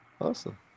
Awesome